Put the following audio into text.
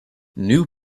new